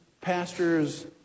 pastors